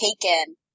taken